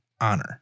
Honor